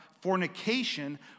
fornication